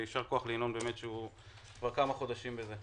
ישר כוח לינון, הוא באמת כבר חודשים בעניין זה.